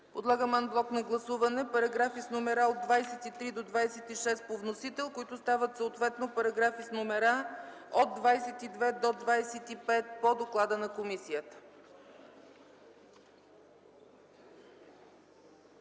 Подлагам ан блок параграфи с номера от 23 до 26 по вносител, които стават съответно параграфи с номера от 22 до 25 по доклада на комисията.